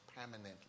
permanently